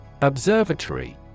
Observatory